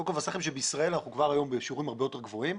אני רוצה לבשר לכם שבישראל אנחנו כבר היום בשיעורים הרבה יותר גבוהים.